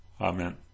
Amen